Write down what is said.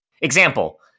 Example